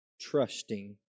trusting